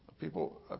People